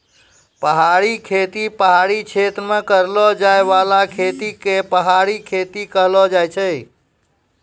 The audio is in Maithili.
पहाड़ी खेती पहाड़ी क्षेत्र मे करलो जाय बाला खेती के पहाड़ी खेती कहलो जाय छै